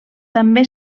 també